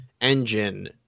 engine